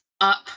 up